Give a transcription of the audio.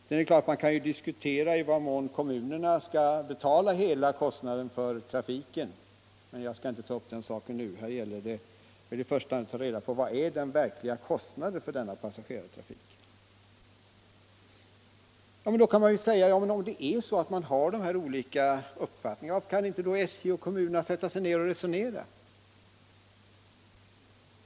Man kan i det sammanhanget diskutera i vad mån kommunerna skall betala hela kostnaden, men jag skall inte ta upp den frågan nu utan uppehålla mig vid frågan om den verkliga kostnaden för passagerartrafiken. Man kan fråga sig varför inte SJ och kommunerna kan sätta sig ned och resonera om saken, om man nu har dessa olika uppfattningar.